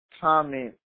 comment